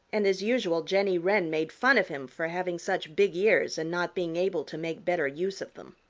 and as usual jenny wren made fun of him for having such big ears and not being able to make better use of them.